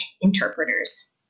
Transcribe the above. interpreters